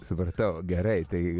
supratau gerai tai